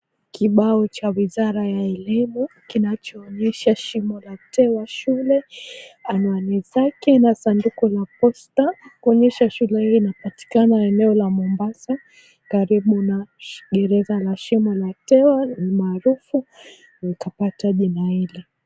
Kibao cha wizara ya elimu, kinachoonyesha Shimo la Tewa Shule, anwani zake na sanduku la posta, kuonyesha shule hiyo inapatikana eneo la Mombasa, karibu na gereza la Shimo la Tewa, ni maarufu, likapata jina hili.